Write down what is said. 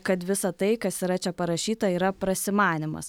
kad visa tai kas yra čia parašyta yra prasimanymas